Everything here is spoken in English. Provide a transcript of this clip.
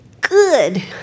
good